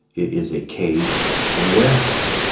it is a cage in a warehouse.